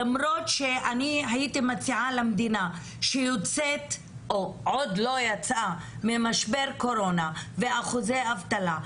למרות שהייתי מציעה למדינה שעוד לא יצאה ממשבר הקורונה ואחוזי אבטלה,